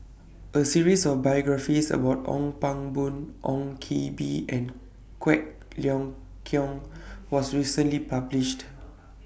A series of biographies about Ong Pang Boon Ong Koh Bee and Quek Ling Kiong was recently published